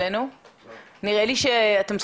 באחת התקנות נאמר שכל מפיק שעושה אירוע תחת כיפת השמים